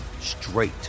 straight